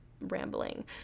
rambling